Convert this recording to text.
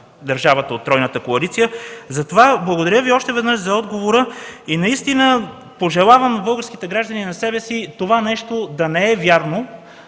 от Тройната коалиция. Затова, благодаря Ви още веднъж за отговора. Наистина пожелавам на българските граждани и на себе си това нещо да не е вярно.